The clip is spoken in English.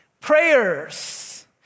prayers